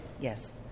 yes